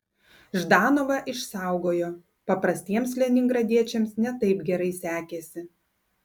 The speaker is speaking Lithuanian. ždanovą išsaugojo paprastiems leningradiečiams ne taip gerai sekėsi